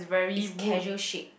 it's casual shake